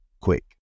quick